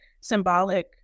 symbolic